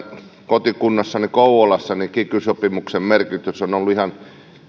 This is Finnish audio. kotikunnassani kouvolassa kiky sopimuksen merkitys on on ollut